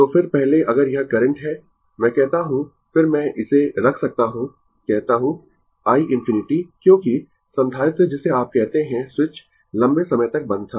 तो फिर पहले अगर यह करंट है मैं कहता हूं फिर मैं इसे रख सकता हूँ कहता हूं i ∞ क्योंकि संधारित्र जिसे आप कहते है स्विच लंबे समय तक बंद था